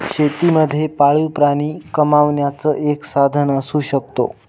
शेती मध्ये पाळीव प्राणी कमावण्याचं एक साधन असू शकतो